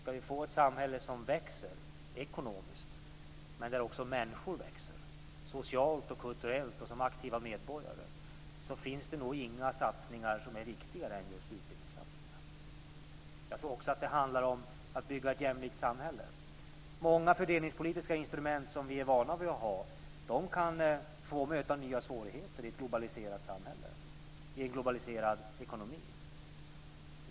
Om vi ska få ett samhälle som växer ekonomiskt, men där också människor växer socialt, kulturellt och som aktiva medborgare, finns det inga satsningar som är viktigare än utbildningssatsningarna. Det handlar också om att bygga ett jämlikt samhälle. Många fördelningspolitiska instrument som vi är vana vid kan möta nya svårigheter i ett globaliserat samhälle, i en globaliserad ekonomi.